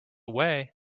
way